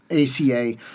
ACA